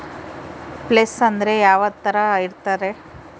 Place ಅಂದ್ರೆ ಯಾವ್ತರ ಇರ್ತಾರೆ?